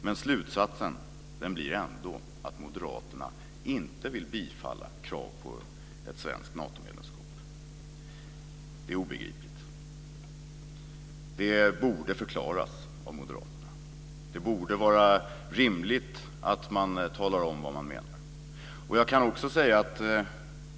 Men slutsatsen blir ändå att Moderaterna inte vill bifalla krav på ett svenskt Natomedlemskap. Det är obegripligt. Det borde förklaras av Moderaterna - det borde vara rimligt att man talar om vad man menar.